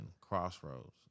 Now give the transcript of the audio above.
crossroads